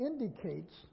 indicates